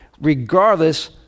regardless